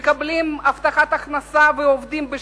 מקבלים הבטחת הכנסה ועובדים "שחור".